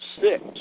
six